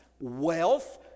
wealth